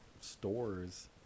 stores